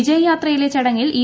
വിജയ് യാത്രയിലെ ചടങ്ങിൽ ഇ